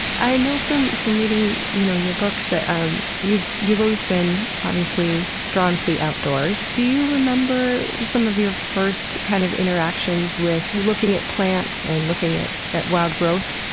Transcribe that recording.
i know from from reading you know your books that um you've you've always been, obviously, drawn to the outdoors. do you remember some of your first kind of interactions with looking at plants and looking at at wild growth?